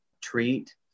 treat